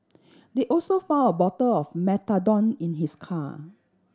they also found a bottle of methadone in his car